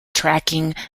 tracking